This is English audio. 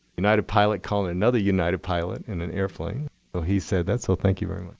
united pilot calling another united pilot in an airplane. so he said that. so thank you very much.